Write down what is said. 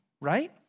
right